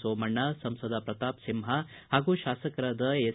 ಸೋಮಣ್ಣ ಸಂಸದ ಪ್ರತಾಪ್ ಸಿಂಹ ಹಾಗೂ ಶಾಸಕರಾದ ಎಸ್